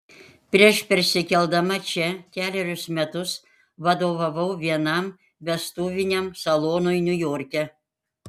prieš persikeldama čia kelerius metus vadovavau vienam vestuviniam salonui niujorke